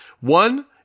One